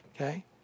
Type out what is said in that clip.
Okay